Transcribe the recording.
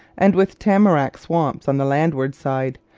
and with tamarac swamps on the landward side,